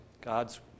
God's